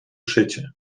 szycie